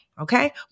Okay